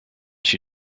she